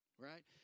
Right